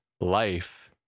Life